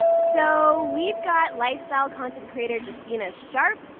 so we've got lifestyle content creator justina sharp.